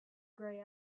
grey